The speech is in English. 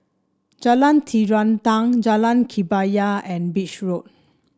Jalan Terentang Jalan Kebaya and Beach Road